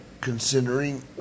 considering